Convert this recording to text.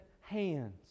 hands